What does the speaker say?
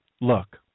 look